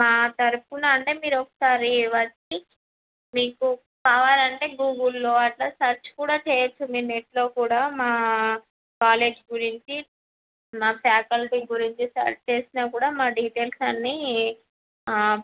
మా తరపున అంటే మీరు ఒకసారి వచ్చి మీకు కావాలంటే గూగుల్లో అయినా సర్చ్ కూడా చేయొచ్చు మీరు నెట్లో కూడా మా కాలేజ్ గురించి మా ఫ్యాకల్టీ గురించి సర్చ్ చేసినా కూడా మా డీటైల్స్ అన్నీ